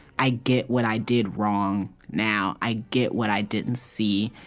i get what i did wrong now. i get what i didn't see,